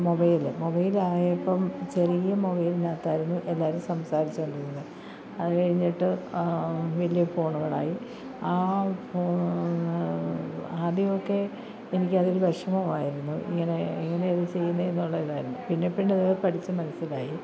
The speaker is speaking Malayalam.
മൊബൈല് മൊബൈലായപ്പം ചെറിയ മൊബൈൽന് അകത്തായിരുന്നു എല്ലാവരും സംസാരിച്ചു കൊണ്ടിരുന്നത് അത് കഴിഞ്ഞിട്ട് വലിയ ഫോണുകളായി ആ ഫോണ് ആദ്യമൊക്കെ എനിക്ക് അതിൽ വിഷമമായിരുന്നു ഇങ്ങനെ ഇങ്ങനെ ഇത് ചെയ്യുന്നേന്നുള്ള ഇതായിരുന്നു പിന്നെ പിന്നെ അത് പഠിച്ച് മനസ്സിലായി